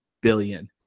billion